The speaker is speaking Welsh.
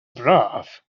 braf